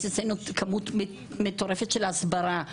יש לנו כמות מטורפת של הסברה,